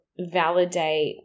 validate